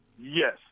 Yes